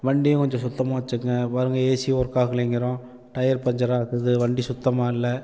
வண்டியும் கொஞ்சம் சுத்தமாக வெச்சுக்குங்க பாருங்க ஏசியும் வொர்க் ஆகலைங்குறோம் டயர் பஞ்சர் ஆகுது வண்டி சுத்தமாக இல்லை